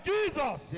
Jesus